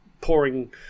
pouring